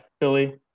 Philly